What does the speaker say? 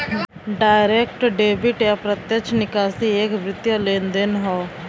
direct debit या प्रत्यक्ष निकासी एक वित्तीय लेनदेन हौ